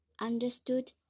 understood